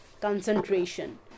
concentration